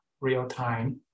real-time